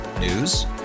news